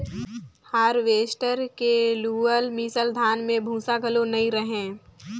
harvester के लुअल मिसल धान में भूसा घलो नई रहें